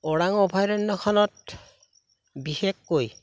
ওৰাং অভয়াৰণ্যখনত বিশেষকৈ